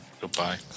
Goodbye